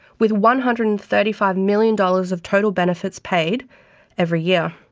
with one hundred and thirty five million dollars of total benefits paid every year.